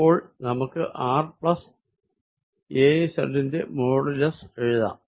അപ്പോൾ നമുക്ക് r az ന്റെ മോഡ്യൂലസ് എഴുതാം